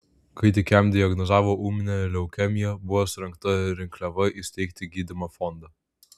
kai tik jam diagnozavo ūminę leukemiją buvo surengta rinkliava įsteigti gydymo fondą